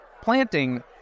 planting